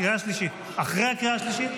אחרי הקריאה השלישית?